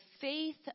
faith